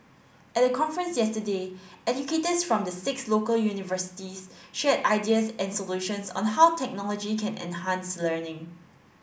at the conference yesterday educators from the six local universities shared ideas and solutions on how technology can enhance learning